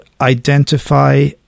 identify